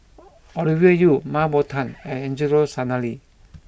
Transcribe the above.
Ovidia Yu Mah Bow Tan and Angelo Sanelli